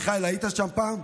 מיכאל, היית שם פעם?